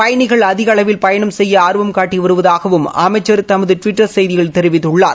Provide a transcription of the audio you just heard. பயணிகள் அதிக அளவில் பயணம் செய்ய ஆர்வம் காட்டி வருவதாகவும் அமைச்ச் தமது டுவிட்டர் செய்தியில தெரிவித்துள்ளார்